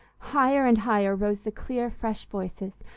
higher and higher rose the clear, fresh voices,